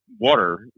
water